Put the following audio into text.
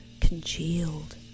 congealed